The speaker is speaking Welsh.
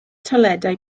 toiledau